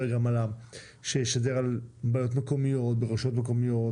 על בעיות מקומיות ברשויות מקומיות,